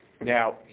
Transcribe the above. Now